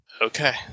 Okay